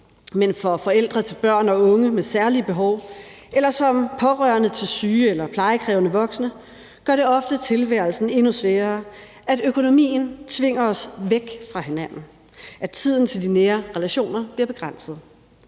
Men for forældre til børn og unge med særlige behov eller som pårørende til syge eller plejekrævende voksne gør det ofte tilværelsen endnu sværere, at økonomien tvinger os væk fra hinanden, at tiden til de nære relationer bliver begrænset.